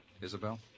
Isabel